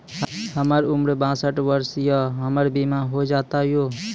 हमर उम्र बासठ वर्ष या हमर बीमा हो जाता यो?